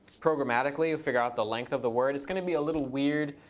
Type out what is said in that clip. programmatically to figure out the length of the word. it's going to be a little weird,